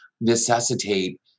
necessitate